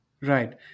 Right